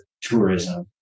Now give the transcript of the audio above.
tourism